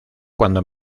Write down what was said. cuando